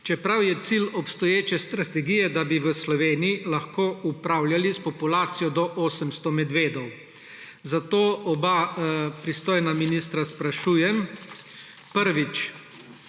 čeprav je cilj obstoječe strategije, da bi v Sloveniji lahko upravljali s populacijo do 800 medvedov. Zato oba pristojna ministra sprašujem: Kdaj